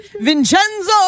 Vincenzo